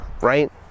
right